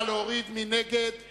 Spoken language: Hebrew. יוחנן פלסנר,